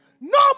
No